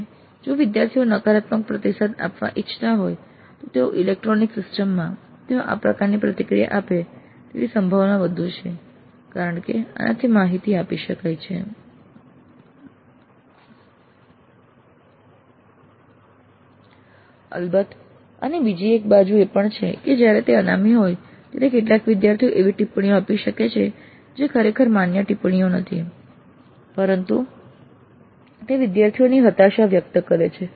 અને જો વિદ્યાર્થીઓ નકારાત્મક પ્રતિસાદ આપવા ઇચ્છતા હોય તો ઇલેક્ટ્રોનિક સિસ્ટમ માં તેઓ આ પ્રકારની પ્રતિક્રિયા આપે તેવી સંભાવના વધુ છે કારણ કે અનામી માહિતી આપી શકાય છે અલબત્ત આની એક બીજી બાજુ એ પણ છે કે જ્યારે તે અનામી હોય ત્યારે કેટલાક વિદ્યાર્થીઓ એવી ટિપ્પણીઓ આપી શકે છે જે ખરેખર માન્ય ટિપ્પણીઓ નથી પરંતુ તે વિદ્યાર્થીઓની હતાશા વ્યક્ત કરે છે